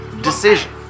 decision